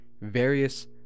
various